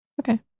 Okay